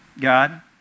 God